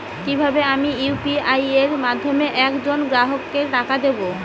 কিভাবে আমি ইউ.পি.আই এর মাধ্যমে এক জন গ্রাহককে টাকা দেবো?